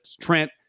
Trent